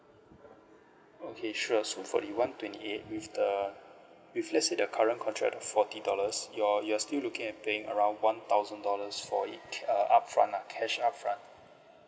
okay sure so for the one twenty eight with the with let's say the current contract forty dollars you're you're still looking at paying around one thousand dollars for it uh upfront lah cash upfront